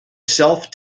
self